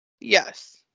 Yes